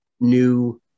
new